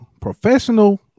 professional